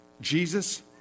Jesus